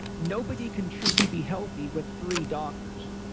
nobody can truly be healthy with three doctors.